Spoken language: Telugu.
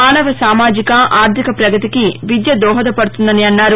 మానవ సామాజిక ఆర్దిక ప్రగతికి విద్య దోహదపడుతుందని అన్నారు